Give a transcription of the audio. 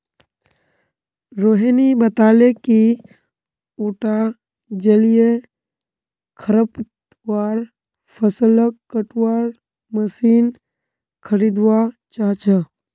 रोहिणी बताले कि उटा जलीय खरपतवार फ़सलक कटवार मशीन खरीदवा चाह छ